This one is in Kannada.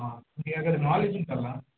ಹಾಂ ನಿಮಗೆ ಹಾಗಾದ್ರೆ ನಾಲೆಡ್ಜ್ ಉಂಟಲ್ಲ